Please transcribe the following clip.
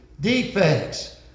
defects